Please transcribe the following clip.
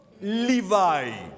Levi